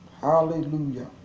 Hallelujah